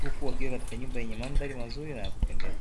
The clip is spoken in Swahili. huku akiwa katika nyumba yenye mandhari mazuri na ya kupendeza